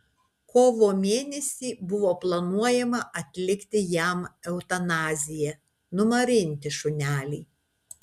kovo mėnesį buvo planuojama atlikti jam eutanaziją numarinti šunelį